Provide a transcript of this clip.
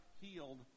healed